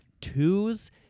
twos